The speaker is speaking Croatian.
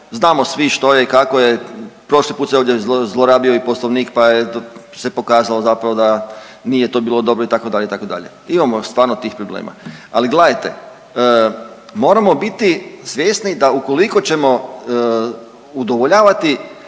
znamo svi što je i kako je, prošli put se ovdje zlorabio i Poslovnik pa je se pokazalo zapravo da nije to bilo dobro itd., itd. Imamo stvarno tih problema, ali gledajte moramo biti svjesni da ukoliko ćemo udovoljavati